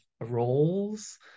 roles